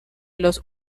los